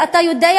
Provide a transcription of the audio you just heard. אתה יודע,